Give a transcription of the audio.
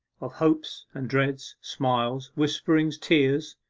of hopes and dreads, smiles, whisperings, tears,